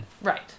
Right